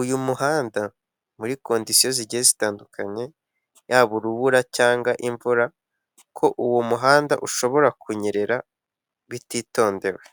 uyu muhanda muri kondisiyo zigiye zitandukanye, yaba urubura cyangwa imvura ko uwo muhanda ushobora kunyerera, bititondewe.